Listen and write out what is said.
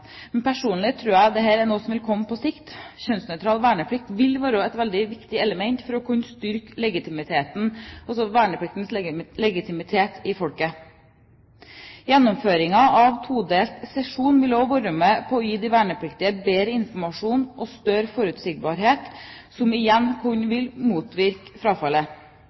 vil være et veldig viktig element for å styrke vernepliktens legitimitet i folket. Gjennomføringen av todelt sesjon vil også være med på å gi de vernepliktige bedre informasjon og større forutsigbarhet, som igjen vil kunne motvirke frafallet.